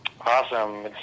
Awesome